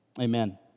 Amen